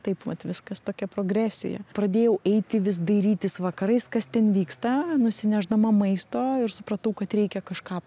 taip vat viskas tokia progresija pradėjau eiti vis dairytis vakarais kas ten vyksta nusinešdama maisto ir supratau kad reikia kažką